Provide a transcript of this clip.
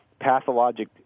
pathologic